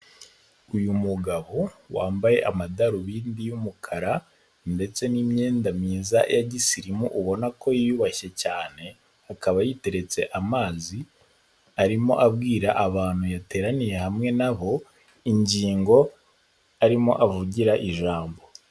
Uyu mugabo wambaye amadarubindi y'umukara ndetse n'imyenda myiza ya gisirimu ubona ko yiyubashye cyane akaba yiteretse amazi, arimo abwira abantu yateraniye hamwe nabo ingingo arimo avugira ijambo.